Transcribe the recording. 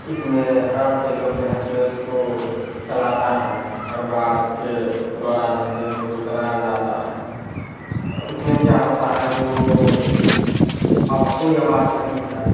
इसमें हाथ से लोग जो है सो उसको चलाता है करुआर के द्वारा जो है सो इसको चलाया जाता है उसमें क्या होता है जो अब कोई आवाज़ नहीं है